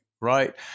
right